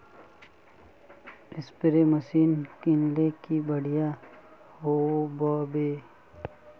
Spray machine किनले की बढ़िया होबवे?